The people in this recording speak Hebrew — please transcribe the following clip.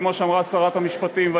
כמו שאמרה שרת המשפטים,